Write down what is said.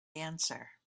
answer